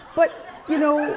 but you know,